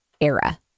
era